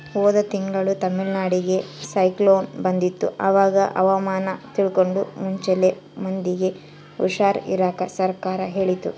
ಹೋದ ತಿಂಗಳು ತಮಿಳುನಾಡಿಗೆ ಸೈಕ್ಲೋನ್ ಬಂದಿತ್ತು, ಅವಾಗ ಹವಾಮಾನ ತಿಳ್ಕಂಡು ಮುಂಚೆಲೆ ಮಂದಿಗೆ ಹುಷಾರ್ ಇರಾಕ ಸರ್ಕಾರ ಹೇಳಿತ್ತು